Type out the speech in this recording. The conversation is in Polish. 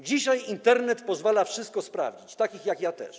Dzisiaj Internet pozwala wszystko sprawdzić, takich jak ja też.